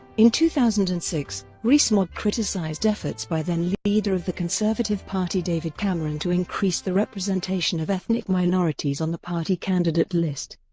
in two thousand and six, rees-mogg criticised efforts by then-leader of the conservative party david cameron to increase the representation of ethnic minorities on the party candidate list,